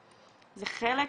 זה החלק